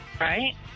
Right